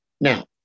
Now